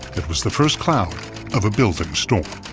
it was the first cloud of a building storm.